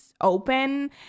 open